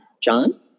John